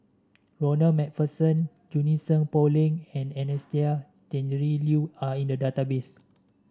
Ronald MacPherson Junie Sng Poh Leng and Anastasia Tjendri Liew are in the database